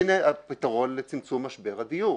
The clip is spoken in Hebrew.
הנה הפתרון לצמצום משבר הדיור.